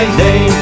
day